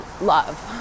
love